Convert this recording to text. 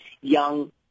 young